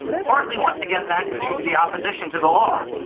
partly once again that's due to the opposition to the law.